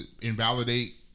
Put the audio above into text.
invalidate